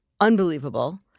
unbelievable